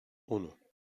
uno